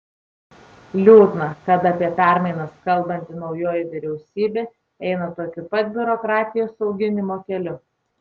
liūdna kad apie permainas kalbanti naujoji vyriausybė eina tokiu pat biurokratijos auginimo keliu